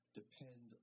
depend